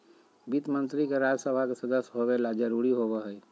वित्त मंत्री के राज्य सभा के सदस्य होबे ल जरूरी होबो हइ